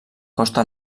costa